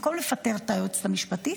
במקום לפטר את היועץ המשפטי,